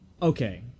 Okay